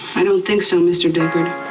i don't think so mr. deckard.